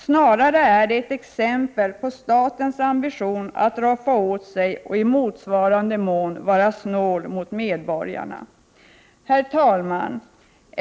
Snarare är det ett exempel på staten: ambition att roffa åt sig och i motsvarande mån vara snål mot medborgarna. Prot. 1988/89:45 Herr talman!